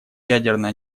ядерное